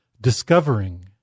Discovering